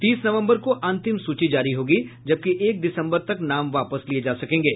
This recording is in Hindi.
तीस नवम्बर को अंतिम सूची जारी होगी जबकि एक दिसम्बर तक नाम वापस लिये जा सकेंगे